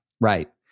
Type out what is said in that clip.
right